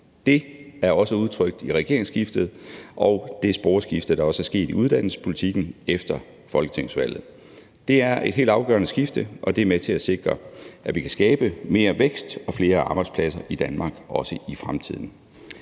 Det er også udtrykt i regeringsskiftet og det sporskifte, der også er sket i uddannelsespolitikken efter folketingsvalget. Det er et helt afgørende skifte, og det er med til at sikre, at vi kan skabe mere vækst og flere arbejdspladser i Danmark, også i fremtiden.